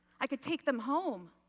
i could take them home.